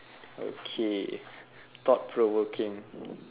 okay thought provoking